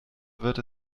wird